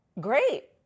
Great